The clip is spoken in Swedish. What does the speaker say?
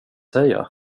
säga